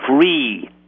free